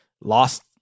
lost